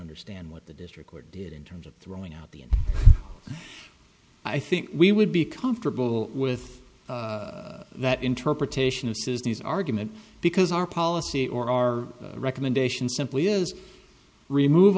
understand what the district court did in terms of throwing out the i think we would be comfortable with that interpretation of these arguments because our policy or our recommendation simply is remove